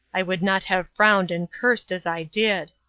i would not have frowned and cursed as i did.